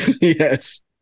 Yes